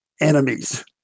enemies